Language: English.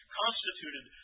constituted